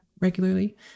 regularly